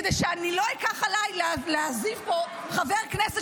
כדי שאני לא אקח עליי להעזיב פה חבר כנסת